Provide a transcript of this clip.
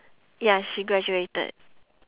ya she graduated